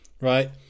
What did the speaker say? right